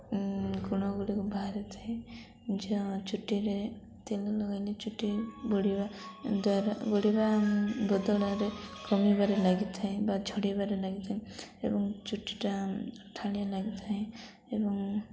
ଗୁଣଗୁଡ଼ିକୁ ବାହାରିଥାଏ ଯାହା ଚୁଟିରେ ତେଲ ଲଗାଇଲେ ଚୁଟି ବଢ଼ିବା ଦ୍ୱାରା ବଢ଼ିବା ବଦଳରେ କମିବାରେ ଲାଗିଥାଏ ବା ଝଡ଼ିବାରେ ଲାଗିଥାଏ ଏବଂ ଚୁଟିଟା ଅଠାଳିଆ ଲାଗିଥାଏ ଏବଂ